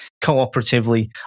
cooperatively